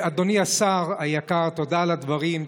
אדוני השר היקר, תודה על הדברים.